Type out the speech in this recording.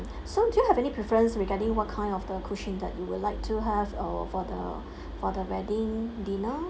so do you have any preference regarding what kind of the cuisine that you would like to have or for the for the wedding dinner